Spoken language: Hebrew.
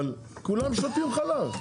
אבל, כולם שותים חלב.